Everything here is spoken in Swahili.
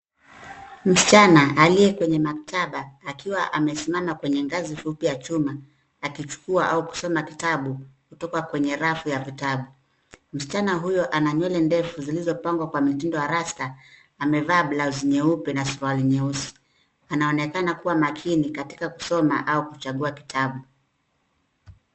Msichana aliye kwenye maktaba akiwa amesimama kwenye ngazi fupi ya chuma akichukua au kusoma kitabu kutoka kwenye rafu ya vitabu. Msichana huyo ananywele ndefu zilizopangwa kwa mitindo ya rasta amevaa blousi nyeupe na suruali nyeusi. Anaonekana kuwa makini katika kusoma au kuchagua kitabu.